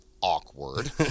Awkward